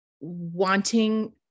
wanting